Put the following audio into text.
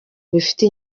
bifite